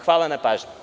Hvala na pažnji.